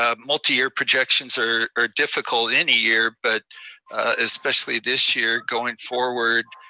ah multi-year projections are are difficult any year, but especially this year going forward.